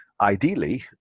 ideally